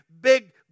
big